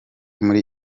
muri